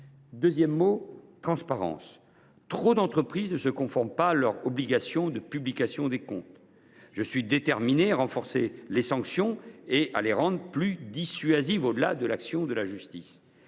deuxième mot est :« transparence ». Trop d’entreprises ne se conforment pas à leur obligation de publication des comptes. Je suis déterminé à renforcer les sanctions et à les rendre plus dissuasives. L’article 1 constitue